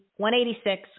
186